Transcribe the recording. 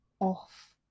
off